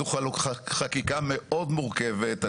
זו חקיקה מאוד מורכבת.